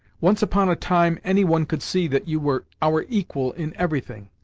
once upon a time any one could see that you were our equal in everything,